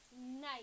nice